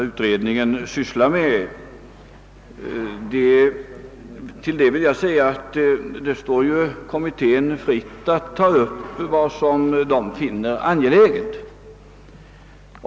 Herr talman! Det står kommittén fritt att ta upp vad den finner angeläget.